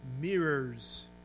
mirrors